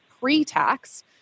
pre-tax